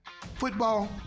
football